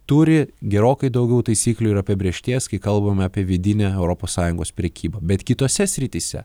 turi gerokai daugiau taisyklių ir apibrėžties kai kalbame apie vidinę europos sąjungos prekybą bet kitose srityse